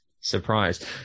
surprised